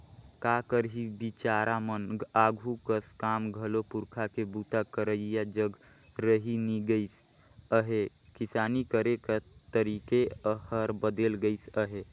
का करही बिचारा मन आघु कस काम घलो पूरखा के बूता करइया जग रहि नी गइस अहे, किसानी करे कर तरीके हर बदेल गइस अहे